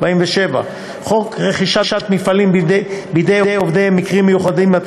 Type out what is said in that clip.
47. חוק רכישת מפעלים בידי עובדיהם (מקרים מיוחדים),